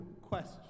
question